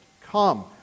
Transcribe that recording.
Come